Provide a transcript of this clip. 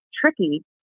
tricky